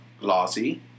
glossy